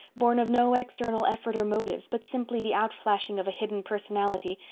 born of no external effort or motive, but simply the outflashing of a hidden personality,